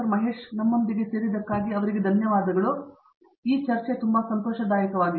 ಮಹೇಶ್ ನಮ್ಮೊಂದಿಗೆ ಸೇರಿದಕ್ಕಾಗಿ ಧನ್ಯವಾದಗಳು ಅದು ಸಂತೋಷದಾಯಕವಾಗಿತ್ತು